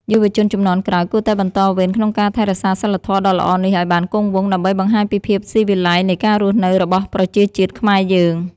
យុវជនជំនាន់ក្រោយគួរតែបន្តវេនក្នុងការថែរក្សាសីលធម៌ដ៏ល្អនេះឱ្យបានគង់វង្ស ដើម្បី បង្ហាញពីភាពស៊ីវិល័យនៃការរស់នៅរបស់ប្រជាជាតិខ្មែរយើង។